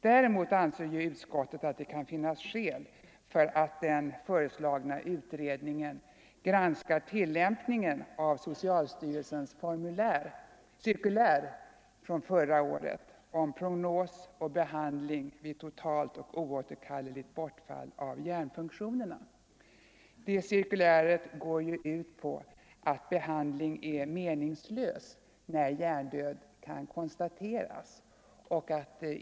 Däremot anser utskottet att det kan finnas skäl för att den föreslagna utredningen granskar tillämpningen av socialstyrelsens cirkulär från förra året om prognos och behandling vid totalt och oåterkalleligt bortfall av hjärnfunktionerna. Det cirkuläret går ju ut på att behandling är meningslös när hjärndöd konstateras.